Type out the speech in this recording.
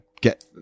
get